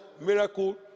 miracle